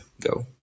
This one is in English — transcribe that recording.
go